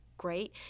great